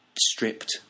stripped